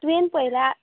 तुवें पळयलां